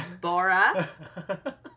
Bora